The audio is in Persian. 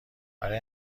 برای